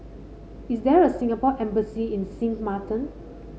is there a Singapore Embassy in Sint Maarten